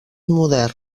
modern